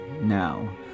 now